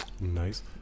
Nice